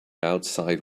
outside